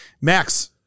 Max